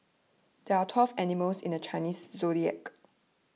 there are twelve animals in the Chinese zodiac